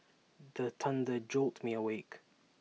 the thunder jolt me awake